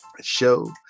show